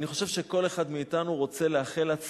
אני רוצה לדבר על נקודה אחת